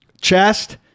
chest